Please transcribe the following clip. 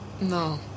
No